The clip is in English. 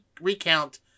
recount